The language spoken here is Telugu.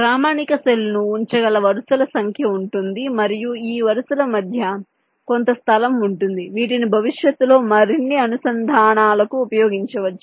ప్రామాణిక సెల్ ను ఉంచగల వరుసల సంఖ్య ఉంటుంది మరియు ఈ వరుసల మధ్య కొంత స్థలం ఉంటుంది వీటిని భవిష్యత్తులో మరిన్ని అనుసంధానాలకు ఉపయోగించవచ్చు